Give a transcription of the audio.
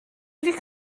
wedi